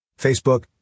Facebook